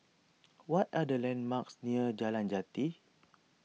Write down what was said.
what are the landmarks near Jalan Jati